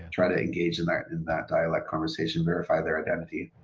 try to engage in that in that dialect conversation, verify their identity.